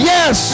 Yes